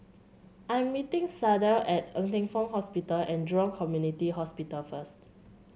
I'm meeting Sydell at Ng Teng Fong Hospital and Jurong Community Hospital first